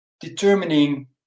determining